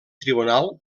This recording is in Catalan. tribunal